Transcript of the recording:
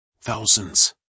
thousands